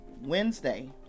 Wednesday